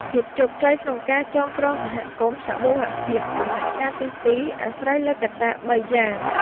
ភាពជោគជ័យក្នុងការចងក្រងសហគមន៍សមូហភាពដំណាក់កាលទី២ អាស្រ័យលើកត្តា ៣ យ៉ាង។